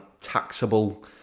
taxable